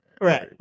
Right